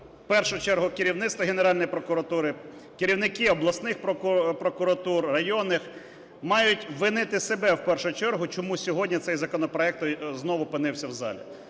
першу чергу керівництво Генеральної прокуратури, керівники обласних прокуратур, районних мають винити себе в першу чергу, чому сьогодні цей законопроект знову опинився в залі.